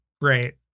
great